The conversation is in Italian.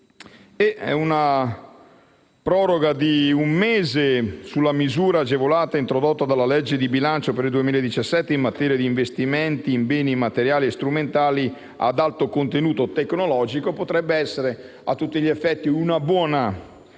La proroga di un mese della misura agevolata, introdotta dalla legge di stabilità per il 2017, in materia di investimenti in beni materiali e strumentali ad alto contenuto tecnologico, potrebbe essere a tutti gli effetti una buona cosa,